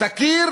תכיר